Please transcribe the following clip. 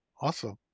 Awesome